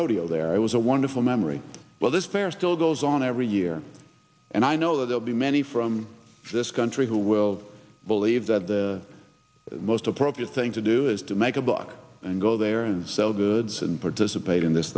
rodeo there it was a wonderful memory but this pair still goes on every year and i know there will be many from this country who will believe that the most appropriate thing to do is to make a buck and go there and sell goods and participate in this